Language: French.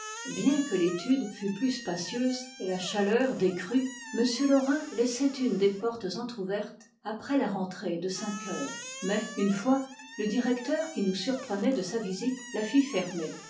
bien que l'étude fût plus spacieuse et la chaleur décrue m laurin laissait une des portes entr'ouverte après la rentrée de cinq heures mais une fois le directeur qui nous surprenait de sa visite la fit fermer